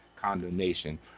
condemnation